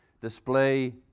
display